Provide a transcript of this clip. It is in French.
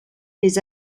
les